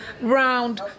round